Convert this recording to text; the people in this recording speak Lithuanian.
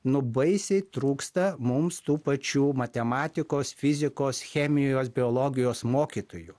nu baisiai trūksta mums tų pačių matematikos fizikos chemijos biologijos mokytojų